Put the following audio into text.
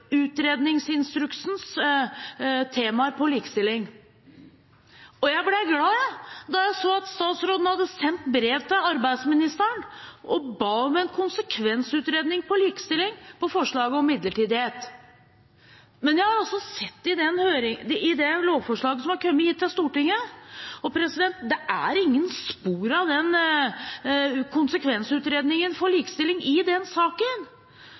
utredningsinstruksens temaer om likestilling. Jeg ble glad da jeg så at statsråden hadde sendt brev til arbeidsministeren og bedt om en konsekvensutredning for likestilling i forbindelse med forslaget om midlertidighet. Men jeg har sett lovforslaget som har kommet til Stortinget, og det er ingen spor av konsekvensutredningen for likestilling i den saken.